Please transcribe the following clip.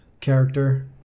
character